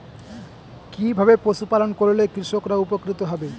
কিভাবে পশু পালন করলেই কৃষকরা উপকৃত হবে?